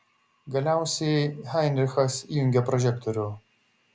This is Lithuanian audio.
galiausiai heinrichas įjungė prožektorių